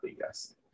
yes